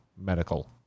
medical